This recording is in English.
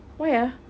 why ah